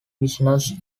business